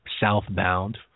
southbound